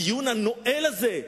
הדיון הנואל הזה,